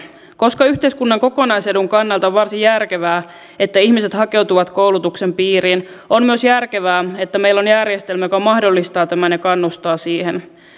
koska yhteiskunnan kokonaisedun kannalta on varsin järkevää että ihmiset hakeutuvat koulutuksen piiriin on myös järkevää että meillä on järjestelmä joka mahdollistaa tämän ja kannustaa siihen